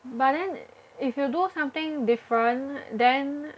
but then if you do something different then